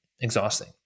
exhausting